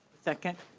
second.